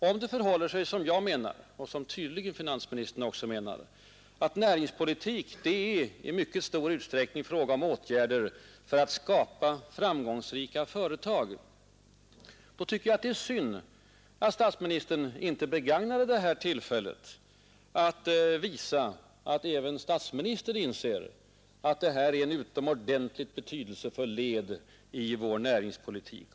Om det förhåller sig så som jag menar och som tydligen finansministern också menar, nämligen att näringspolitik är i mycket stor utsträckning en fråga om åtgärder för att skapa framgångsrika företag, så är det synd att statsministern inte begagnade detta tillfälle att visa att även statsministern inser att detta är ett utomordentligt betydelsefullt led i vår näringspolitik.